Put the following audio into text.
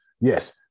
yes